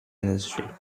industry